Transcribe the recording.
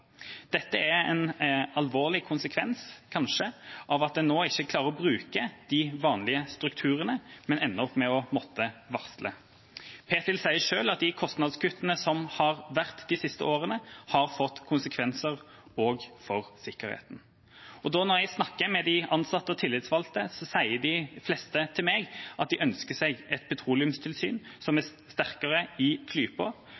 Dette er en alvorlig konsekvens kanskje av at en nå ikke klarer å bruke de vanlige strukturene, men ender opp med å måtte varsle. Ptil sier selv at de kostnadskuttene som har vært de siste årene, har fått konsekvenser også for sikkerheten. Når jeg snakker med de ansatte og tillitsvalgte, sier de fleste til meg at de ønsker seg et petroleumstilsyn som er sterkere i klypa,